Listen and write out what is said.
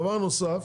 דבר נוסף